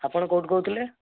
ଆପଣ କେଉଁଟୁ କହୁଥିଲେ